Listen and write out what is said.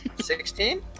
Sixteen